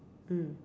mm